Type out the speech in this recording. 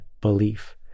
belief